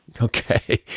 Okay